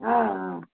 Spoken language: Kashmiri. آ آ